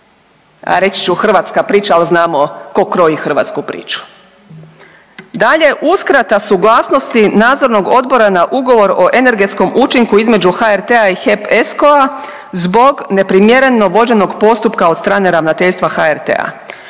reći ću hrvatska priča, al znamo tko kroji hrvatsku priču. Dalje, uskrata suglasnosti nadzornog odbora na ugovor o energetskom učinku između HRT-s i HEP ESCO zbog neprimjerenog vođenog postupka od strane ravnateljstva HRT-a.